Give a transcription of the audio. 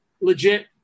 legit